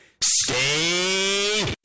Stay